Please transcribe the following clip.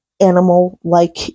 animal-like